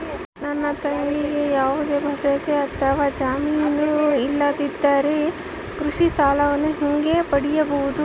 ನನ್ನ ತಂಗಿಗೆ ಯಾವುದೇ ಭದ್ರತೆ ಅಥವಾ ಜಾಮೇನು ಇಲ್ಲದಿದ್ದರೆ ಕೃಷಿ ಸಾಲವನ್ನು ಹೆಂಗ ಪಡಿಬಹುದು?